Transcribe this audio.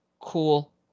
cool